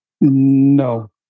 No